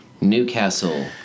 Newcastle